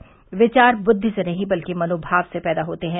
क्विार बुद्दि से नहीं बल्कि मनोमाव से पैदा होते हैं